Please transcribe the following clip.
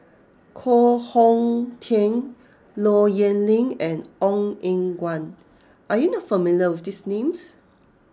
Koh Hong Teng Low Yen Ling and Ong Eng Guan are you not familiar with these names